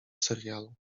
serialu